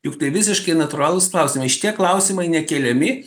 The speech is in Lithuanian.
juk tai visiškai natūralūs klausimai šitie klausimai nekeliami